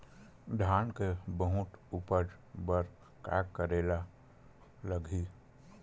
धान के बहुत उपज बर का करेला लगही?